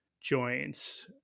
joints